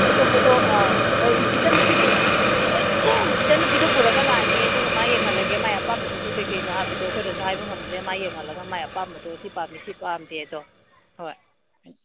ꯑꯇꯣꯞꯄꯗꯣ ꯑꯥꯎ ꯍꯣꯏ ꯏꯆꯟ ꯅꯨꯄꯤꯗꯣ ꯏꯆꯟ ꯅꯨꯄꯤꯗꯣ ꯄꯨꯔꯒ ꯂꯥꯛꯑꯒꯦ ꯑꯗꯨꯒ ꯃꯥ ꯌꯦꯡꯍꯜꯂꯒꯦ ꯃꯥꯏ ꯑꯄꯝꯕꯗꯨꯁꯨ ꯀꯩꯀꯩꯅꯣ ꯍꯥꯏꯕꯗꯣ ꯑꯩꯈꯣꯏꯅꯁꯨ ꯍꯥꯏꯕ ꯉꯝꯗ꯭ꯔꯦ ꯃꯥ ꯌꯦꯡꯍꯜꯂꯒ ꯃꯥꯏ ꯑꯄꯥꯝꯕꯗꯣ ꯁꯤ ꯄꯥꯝꯃꯤ ꯁꯤ ꯄꯥꯝꯗꯦꯗꯣ ꯍꯣꯏ ꯎꯝ